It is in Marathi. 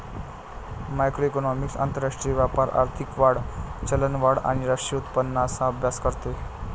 मॅक्रोइकॉनॉमिक्स आंतरराष्ट्रीय व्यापार, आर्थिक वाढ, चलनवाढ आणि राष्ट्रीय उत्पन्नाचा अभ्यास करते